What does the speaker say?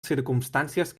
circumstàncies